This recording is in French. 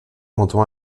manteau